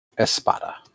Espada